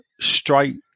straight